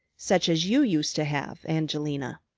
such as you used to have, angelina.